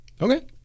okay